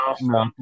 No